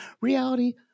Reality